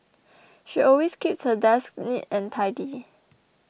she always keeps her desk neat and tidy